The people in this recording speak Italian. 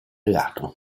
lato